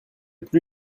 plu